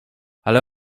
ale